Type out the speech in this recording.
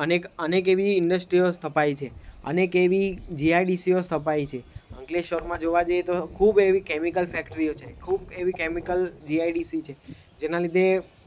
અનેક અનેક એવી ઇન્ડસ્ટ્રીઓ સ્થપાઈ છે અનેક એવી જીઆઈડીસીઓ સ્થપાઈ છે અંકલેશ્વરમાં જોવા જઈએ તો ખૂબ એવી કેમિકલ ફેક્ટ્રીઓ છે ખૂબ એવી કેમિકલ જીઆઈડીસી છે જેના લીધે